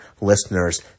listeners